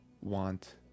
want